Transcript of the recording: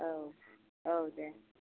औ औ दे